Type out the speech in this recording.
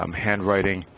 um handwriting